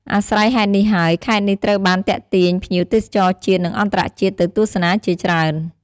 អាស្រ័យហេតុនេះហើយ ខេត្តនេះត្រូវបានទាក់ទាញភ្ញៀវទេសចរជាតិ និងអន្តរជាតិទៅទស្សនាជាច្រើន។